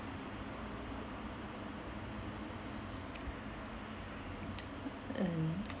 uh